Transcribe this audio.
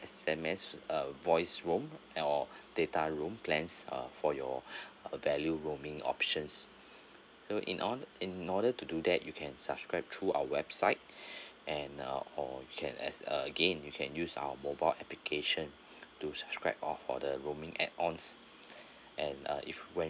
S_M_S uh voice roam or data roam plans uh for your value roaming options so in order in order to do that you can subscribe through our website and uh or you can as again you can use our mobile application to subscribe all of the roaming add ons and uh if when